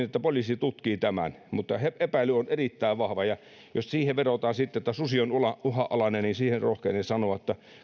että poliisi tutkii tämän epäily on erittäin vahva jos sitten vedotaan siihen että susi on uhanalainen niin siihen rohkenen sanoa että